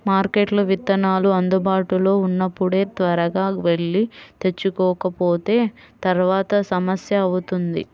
మార్కెట్లో విత్తనాలు అందుబాటులో ఉన్నప్పుడే త్వరగా వెళ్లి తెచ్చుకోకపోతే తర్వాత సమస్య అవుతుంది